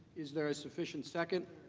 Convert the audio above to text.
is there sufficient second?